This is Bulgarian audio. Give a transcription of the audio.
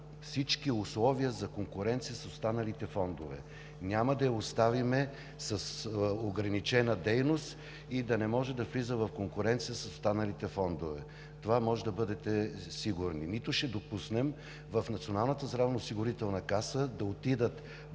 всички условия за конкуренция с останалите фондове. Няма да я оставим с ограничена дейност и да не може да влиза в конкуренция с останалите фондове – в това може да бъдете сигурни, нито ще допуснем в Националната здравноосигурителна каса да отидат